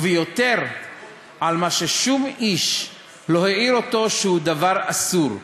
וביותר על מה ששום איש לא העיר אותו שהוא דבר אסור.